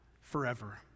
forever